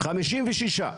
56,